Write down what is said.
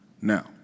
Now